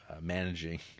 managing